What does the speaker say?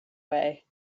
way